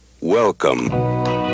Welcome